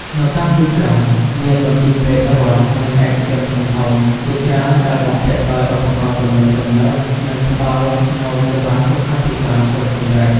នៅតាមទីក្រុង មាន មន្ទីរពេទ្យរដ្ឋ និងឯកជនធំៗ ជាច្រើនដែលបំពាក់ដោយឧបករណ៍ទំនើបៗ និងផ្តល់នូវសេវាសុខាភិបាលគ្រប់កម្រិត។